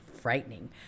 frightening